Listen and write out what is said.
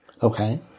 Okay